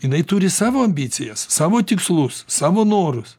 jinai turi savo ambicijas savo tikslus savo norus